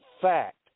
fact